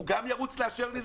הוא גם ירוץ לאשר לי?